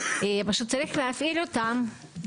פשוט צריך להפעיל אותם,